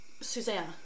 Susanna